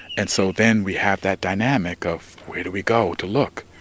and so then we have that dynamic of where do we go to look?